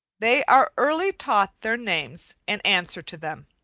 they are early taught their names and answer to them.